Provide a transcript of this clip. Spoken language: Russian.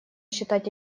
считать